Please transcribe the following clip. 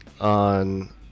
on